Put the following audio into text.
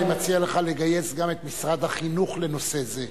אני מציע לך לגייס גם את משרד החינוך לנושא זה.